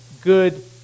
good